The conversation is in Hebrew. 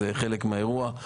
זה חלק מהאירוע,